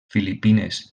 filipines